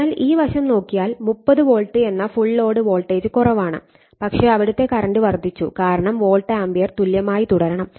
അതിനാൽ ഈ വശം നോക്കിയാൽ 30 വോൾട്ട് എന്ന ഫുൾ ലോഡ് വോൾട്ടേജ് കുറവാണ് പക്ഷേ അവിടുത്തെ കറന്റ് വർദ്ധിച്ചു കാരണം വോൾട്ട് ആമ്പിയർ തുല്യമായി തുടരണം